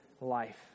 life